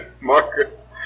Marcus